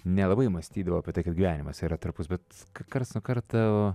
nelabai mąstydavau apie tai kad gyvenimas yra trapus bet karts nuo karto